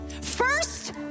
First